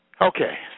Okay